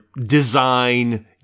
design